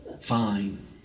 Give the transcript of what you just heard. Fine